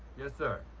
yes, sir.